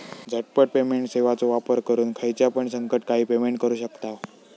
झटपट पेमेंट सेवाचो वापर करून खायच्यापण संकटकाळी पेमेंट करू शकतांव